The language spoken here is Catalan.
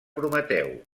prometeu